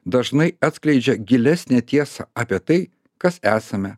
dažnai atskleidžia gilesnę tiesą apie tai kas esame